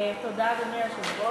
אדוני היושב-ראש,